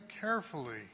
carefully